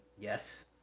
yes